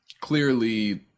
clearly